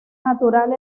natural